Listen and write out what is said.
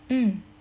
mm